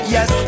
Yes